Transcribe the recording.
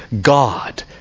God